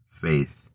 Faith